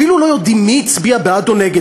אפילו לא יודעים מי הצביע בעד או נגד,